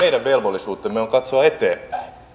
meidän velvollisuutemme on katsoa eteenpäin